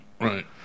Right